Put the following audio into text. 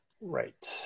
Right